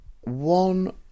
one